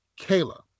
Kayla